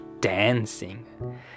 dancing